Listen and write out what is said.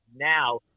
now